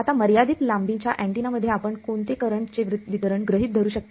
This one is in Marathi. आता मर्यादित लांबीच्या अँटिना मध्ये आपण कोणते करंटचे वितरण गृहित धरता